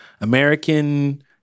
American